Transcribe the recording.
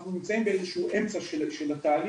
אנחנו נמצאים באיזה שהוא אמצע של תהליך,